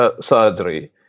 surgery